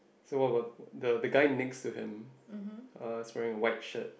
so what were the guy next to him uh is wearing a white shirt